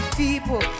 people